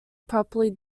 properly